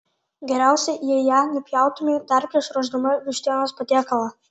geriausia jei ją nupjautumei dar prieš ruošdama vištienos patiekalą